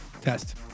Test